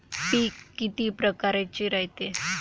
पिकं किती परकारचे रायते?